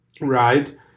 right